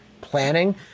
planning